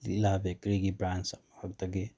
ꯂꯤꯛꯂꯥ bakery branch ꯑꯃꯈꯛꯇꯒꯤ